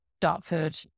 Dartford